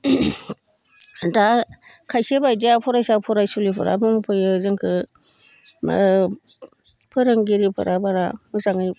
दा खायसे बायदिया फरायसा फरायसुलिफोरा बुंफैयो जोंखौ फोरोंगिरिफोरा बारा मोजाङै